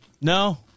No